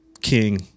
King